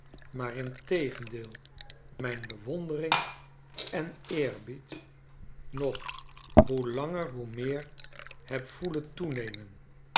maar integendeel mijn bewondering en eerbied nog hoe langer hoe meer heb voelen toenemen